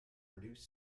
reduce